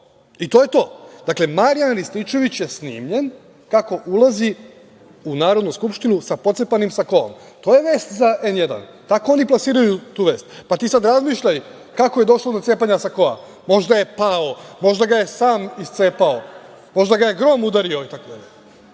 i to je to. Dakle, Marijan Rističević je snimljen kako ulazi u Narodnu skupštinu sa pocepanim sakoom. To je vest za N1. Tako oni plasiraju tu vest, pa sada ti razmišljaj kako je došlo do cepanja sakoa. Možda je pao, možda ga je sam iscepao, možda ga je grom udario itd.